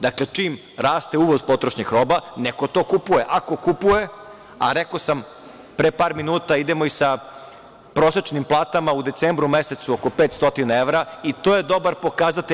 Dakle, čim raste uvoz potrošnih roba, neko to kupuje, ako kupuje, a rekao sam pre par minuta, idemo i sa prosečnim platama u decembru mesecu oko 500 evra, i to je dobar pokazatelj.